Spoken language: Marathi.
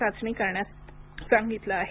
चाचणी करण्यास सांगितलं आहे